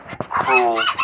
cruel